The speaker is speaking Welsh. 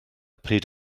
pryd